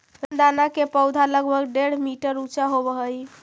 रामदाना के पौधा लगभग डेढ़ मीटर ऊंचा होवऽ हइ